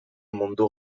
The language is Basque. mundu